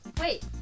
wait